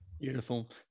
Beautiful